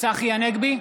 צחי הנגבי,